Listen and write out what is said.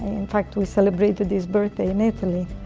in fact, we celebrated his birthday in italy.